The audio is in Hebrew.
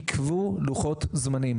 יקבעו לוחות זמנים.